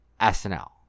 SNL